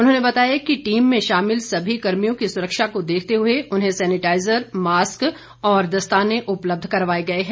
उन्होंने बताया कि टीम में शामिल सभी कर्मियों की सुरक्षा को देखते हुए उन्हें सैनेटाईजर मास्क और दस्ताने उलब्ध करवाये गए हैं